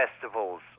festivals